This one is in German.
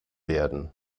werden